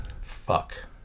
Fuck